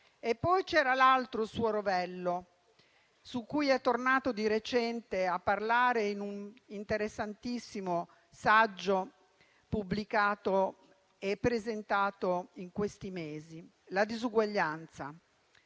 poi l'altro suo rovello su cui è tornato di recente a parlare in un interessantissimo saggio pubblicato e presentato in questi mesi: la perdita